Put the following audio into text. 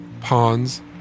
ponds